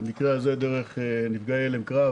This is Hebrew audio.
במקרה הזה דרך נפגעי הלם קרב.